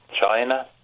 China